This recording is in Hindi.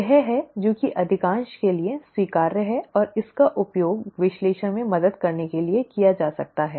यह है जो कि अधिकांश के लिए स्वीकार्य है और इसका उपयोग विश्लेषण में मदद करने के लिए किया जा सकता है